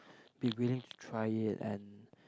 be willing to try it and